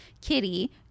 kitty